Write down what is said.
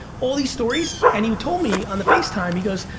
all these stories. and he told me on the face time, he goes,